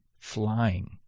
flying